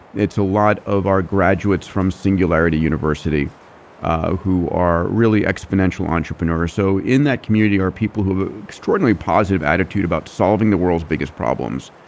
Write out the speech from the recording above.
it's a lot of our graduates from singularity university who are really exponential entrepreneurs. so in that community are people who have extraordinary positive attitude about solving the world's biggest problems.